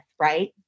right